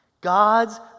God's